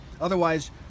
Otherwise